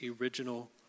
original